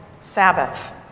Sabbath